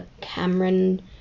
Cameron